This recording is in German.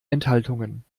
enthaltungen